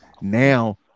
Now